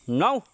नौ